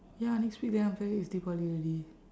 ya next week then after that it's deepavali already